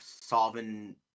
solving